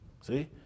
See